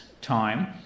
time